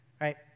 right